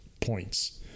points